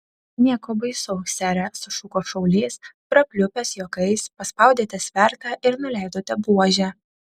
nieko baisaus sere sušuko šaulys prapliupęs juokais paspaudėte svertą ir nuleidote buožę